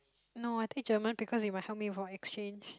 no I take German because it might help me for exchange